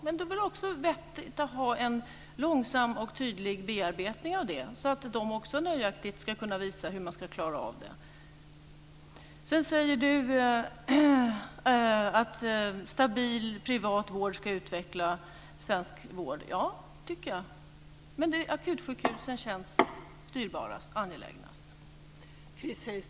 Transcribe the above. Men det är väl också vettigt att ha en långsam och tydlig bearbetning av detta så att de nöjaktigt kan visa hur de ska klara av det. Sedan säger hon att stabil privat vård ska utveckla svensk vård. Det tycker jag också. Men akutsjukhusen känns dyrbarast och angelägnast.